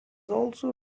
also